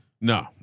No